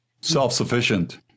Self-sufficient